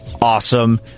awesome